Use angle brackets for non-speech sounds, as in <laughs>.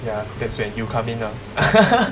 ya that's when you come in lah <laughs>